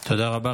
תודה רבה.